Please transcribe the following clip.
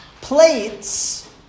plates